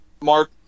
Mark